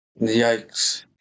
Yikes